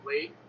late